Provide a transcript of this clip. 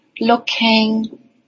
looking